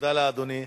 תודה לאדוני.